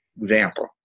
Example